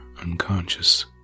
unconscious